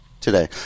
today